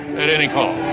at any cost.